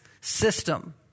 system